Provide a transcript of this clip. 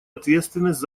ответственность